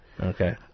Okay